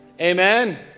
Amen